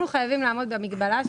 לא השתנה.